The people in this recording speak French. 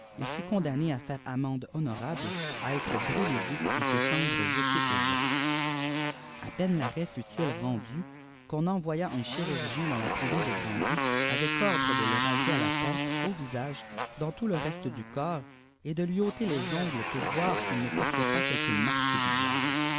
il fut condamné à faire amendhonorable à être hré vif et es cendres jettes au vent a peine l'anêt futr il fe âii qu'on envoya un chirurgieii dans la prison de orandier av orre de le saser à la tête a visag dans tout le reste du corps et de lui eries oales pour o s'il ne portait pas quelque marque du diable